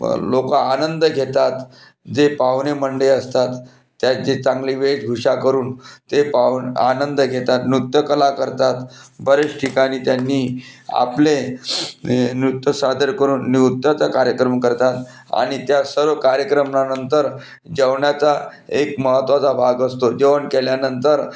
लोकं आनंद घेतात जे पाहुणे मंडळी असतात त्याचे चांगले वेशभूषा करून ते पाहून आनंद घेतात नृत्य कला करतात बरेच ठिकाणी त्यांनी आपले नृत्य सादर करून नृत्याचा कार्यक्रम करतात आणि त्या सर्व कार्यक्रमानंतर जेवणाचा एक महत्वाचा भाग असतो जेवण केल्यानंतर